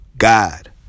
God